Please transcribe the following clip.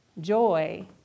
Joy